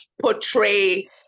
portray